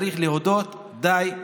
צריך להודות: די,